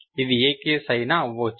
ఇది ఏ కేస్ అయినా కావచ్చు